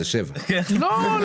זה 7. לא,